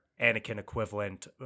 Anakin-equivalent